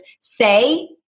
say